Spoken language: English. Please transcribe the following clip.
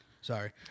sorry